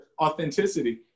authenticity